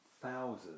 thousands